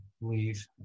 leave